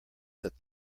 that